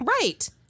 Right